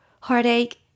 heartache